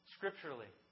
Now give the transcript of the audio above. Scripturally